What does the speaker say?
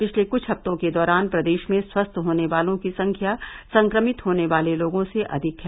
पिछले कुछ हफ्तों के दौरान प्रदेश में स्वस्थ होने वालों की संख्या संक्रमित होने वाले लोगों से अधिक है